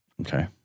okay